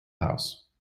house